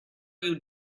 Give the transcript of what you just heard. you